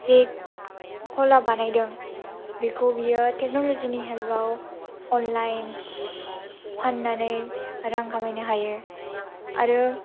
जे कला बानायदों बेखौ बियो टेक्न'लजि नि हेल्प आव अनलाइन फाननानै रां खामायनो हायो आरो